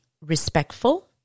respectful